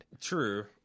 True